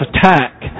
attack